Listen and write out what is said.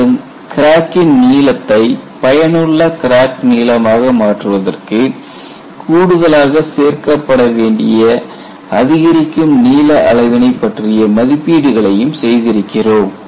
மேலும் கிராக்கின் நீளத்தை பயனுள்ள கிராக் நீளமாக மாற்றுவதற்கு கூடுதலாக சேர்க்க பட வேண்டிய அதிகரிக்கும் நீள அளவினை பற்றிய மதிப்பீடுகளையும் செய்திருக்கிறோம்